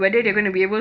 ya